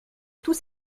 tous